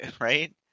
right